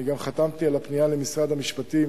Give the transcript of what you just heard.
אני גם חתמתי על הפנייה למשרד המשפטים